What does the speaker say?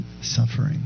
suffering